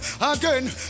again